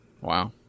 Wow